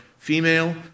female